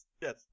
Yes